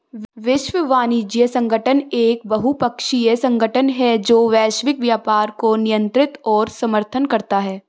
विश्व वाणिज्य संगठन एक बहुपक्षीय संगठन है जो वैश्विक व्यापार को नियंत्रित और समर्थन करता है